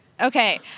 Okay